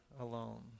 alone